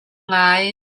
ngai